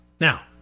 Now